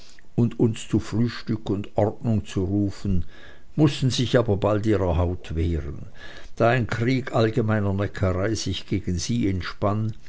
und uns zu frühstück und ordnung zu rufen mußten sich aber bald ihrer haut wehren da ein krieg allgemeiner neckerei sich gegen sie entspann